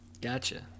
Gotcha